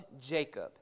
Jacob